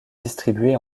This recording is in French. distribué